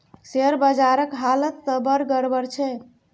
share बजारक हालत त बड़ गड़बड़ छै